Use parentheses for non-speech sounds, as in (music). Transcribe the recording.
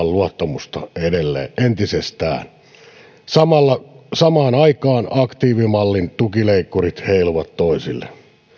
(unintelligible) luottamusta entisestään samaan aikaan aktiivimallin tukileikkurit heiluvat toisille